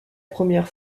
première